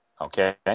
Okay